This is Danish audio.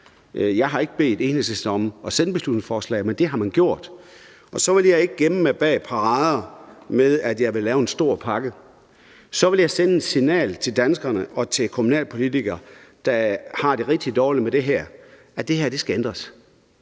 jeg har ikke bedt Enhedslisten om at sende beslutningsforslaget, men det har man gjort – så vil jeg ikke gemme mig bag parader med, at jeg vil lave en stor pakke, men så vil jeg sende et signal til danskerne og til de kommunalpolitikere, der har det rigtig dårligt med det her, om, at det her skal ændres.